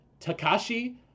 Takashi